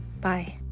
Bye